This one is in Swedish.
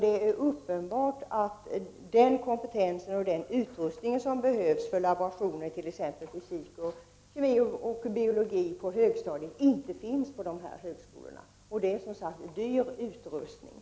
Det är uppenbart att den kompetens och den utrustning som behövs för t.ex. laborationer i fysik, kemi och biologi på högstadiet inte finns på dessa högskolor. Det gäller som sagt en dyr utrustning.